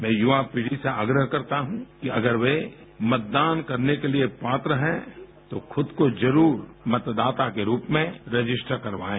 मैं युवा पीढ़ी से आग्रह करता हूँ कि अगर वे मतदान करने के लिए पात्र हैं तो खुद को जरूर मतदाता के रूप में रजिस्टर करवाएँ